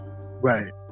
right